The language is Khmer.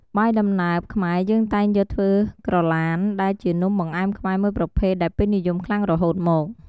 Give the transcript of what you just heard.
បាយដំណើបខ្មែរយើងតែងយកធ្វើក្រឡានដែលជានំបង្អែមខ្មែរមួយប្រភេទដែលពេញនិយមខ្លាំងរហូតមក។